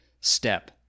step